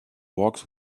walks